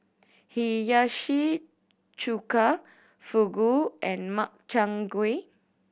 Hiyashi Chuka Fugu and Makchang Gui